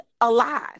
alive